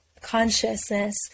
consciousness